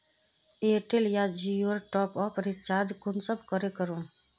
Airtel या जियोर top आप रिचार्ज कुंसम करे करूम?